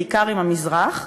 בעיקר עם המזרח,